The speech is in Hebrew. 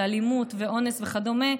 של אלימות ואונס וכדומה,